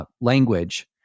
language